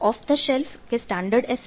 of the shelf કે standard S